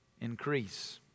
increase